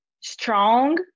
strong